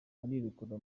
arirekura